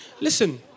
listen